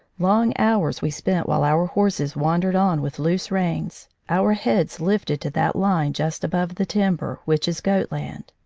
long hours we spent while our horses wandered on with loose reins, our heads lifted to that line, just above the timber, which is goatland.